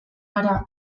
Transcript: gara